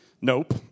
nope